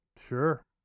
Sure